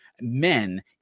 men